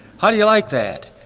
how do you like that?